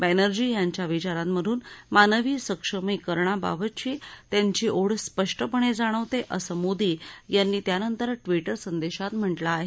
बॅनर्जी यांच्या विचारांमधून मानवी सक्षमीकरणाबाबची त्यांची ओढ स्पष्टपणे जाणवते असं मोदी यांनी त्यानंतर ट्विटर संदेशात म्हटलं आहे